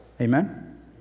Amen